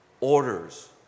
orders